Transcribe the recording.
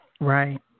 right